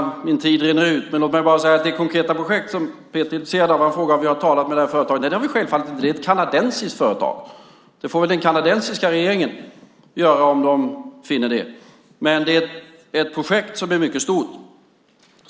Min tid rinner ut, men låt mig bara säga något om det konkreta projekt som Peter är intresserad av. Han frågar om jag har talat med det här företaget. Nej, det har jag självfallet inte gjort. Det är ett kanadensiskt företag. Det får den kanadensiska regeringen göra om de finner det lämpligt. Det är ett projekt som är mycket stort.